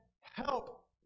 help